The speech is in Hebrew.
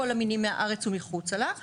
כל המינים מהארץ ומחוצה לה.